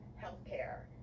healthcare